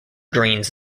greens